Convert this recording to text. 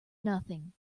nothing